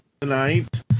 tonight